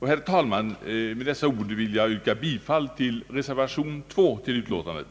Herr talman! Med dessa ord vill jag yrka bifall till reservationen 2 vid utlåtandet.